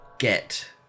get